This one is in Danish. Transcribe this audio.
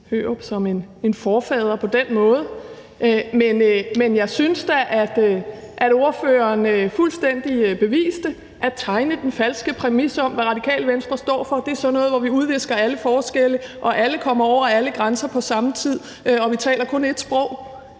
Hørup som en forfader på den måde. Men jeg synes da, at spørgeren fuldstændig beviste at kunne tegne en falske præmis om, hvad Radikale Venstre står for: at det er sådan noget, hvor vi udvisker alle forskelle, hvor alle kommer over alle grænser på samme tid, og hvor vi kun taler ét sprog.